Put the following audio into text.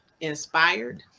inspired